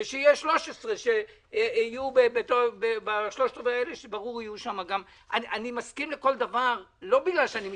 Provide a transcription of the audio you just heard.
ושיהיה 13. אני מסכים לכל דבר לא בגלל שאני מתפשר,